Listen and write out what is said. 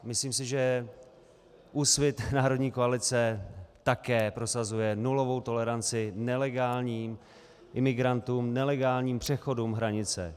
Myslím si, že Úsvit národní koalice také prosazuje nulovou toleranci nelegálním imigrantům, nelegálním přechodům hranice.